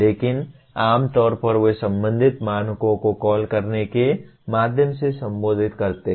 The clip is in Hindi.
लेकिन आम तौर पर वे संबंधित मानकों को कॉल करने के माध्यम से संबोधित करते हैं